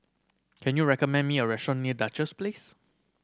can you recommend me a restaurant near Duchess Place